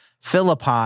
Philippi